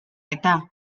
eta